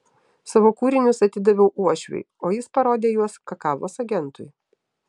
savo kūrinius atidaviau uošviui o jis parodė juos kakavos agentui